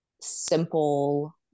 simple